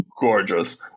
gorgeous